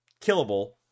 killable